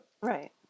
Right